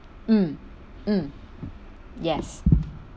mm mm yes